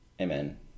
amen